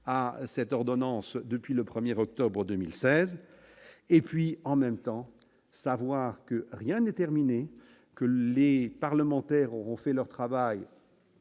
à cette ordonnance depuis le 1er octobre 2016 et puis en même temps savoir que rien n'est terminé, que les parlementaires ont fait leur travail.